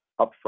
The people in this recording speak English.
upfront